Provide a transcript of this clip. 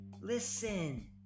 listen